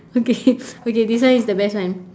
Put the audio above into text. okay okay this one is the best one